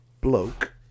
bloke